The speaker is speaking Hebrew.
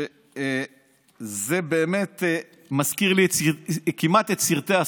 זה באמת מזכיר לי כמעט את סרטי הסנדק: